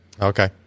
Okay